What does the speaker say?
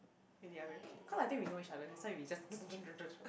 in the other way cause I think we know each other that's why we just